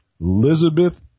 Elizabeth